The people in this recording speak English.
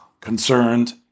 concerned